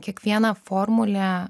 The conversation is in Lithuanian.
kiekviena formulė